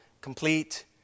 complete